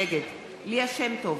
נגד ליה שמטוב,